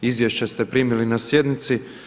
Izvješća ste primili na sjednici.